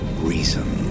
reason